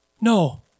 No